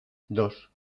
dos